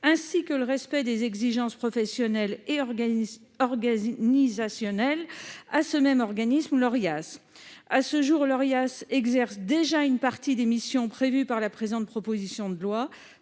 ainsi que le respect des exigences professionnelles et organisationnelles. À ce jour, l'Orias exerce déjà une partie des missions prévues par la présente proposition de loi.